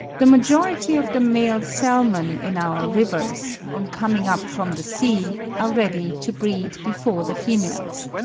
the majority of the male salmon in our rivers, on coming up from the sea, are ready to breed before the females.